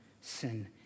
sin